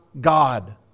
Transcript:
God